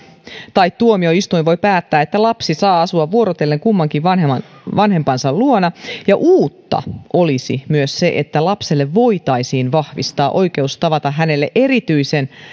tai tuomioistuin voi päättää että lapsi saa asua vuorotellen kummankin vanhempansa luona uutta olisi myös se että lapselle voitaisiin vahvistaa oikeus tavata hänelle erityisen